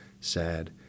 sad